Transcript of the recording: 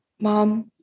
mom